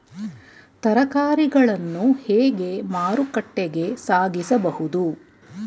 ತರಕಾರಿಗಳನ್ನು ಹೇಗೆ ಮಾರುಕಟ್ಟೆಗೆ ಸಾಗಿಸಬಹುದು?